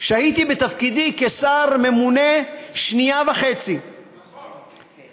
כשהייתי בתפקידי כשר ממונה שנייה וחצי, נכון.